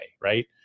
right